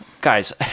guys